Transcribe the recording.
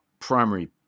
primary